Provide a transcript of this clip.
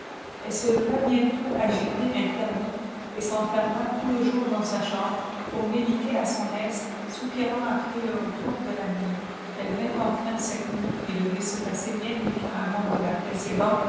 elle se leva bientôt agitée interdite et s'enferma tout le jour dans sa chambre pour méditer à son aise soupirant après le retour de la nuit elle vint enfin cette nuit qui devait se passer bien différemment de la précédente